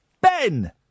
Ben